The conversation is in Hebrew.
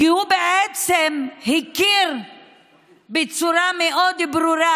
כי הוא בעצם הכיר בצורה מאוד ברורה